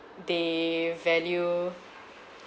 they value